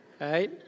Right